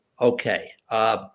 Okay